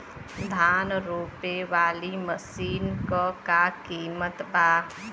धान रोपे वाली मशीन क का कीमत बा?